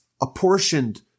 apportioned